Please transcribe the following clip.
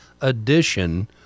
edition